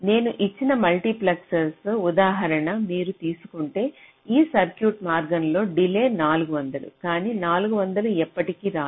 నేను ఇచ్చిన multiplex ఉదాహరణ మీరు తీసుకుంటే ఆ సర్క్యూట్ మార్గంలో డిలే 400 కాని 400 ఎప్పటికీ రాదు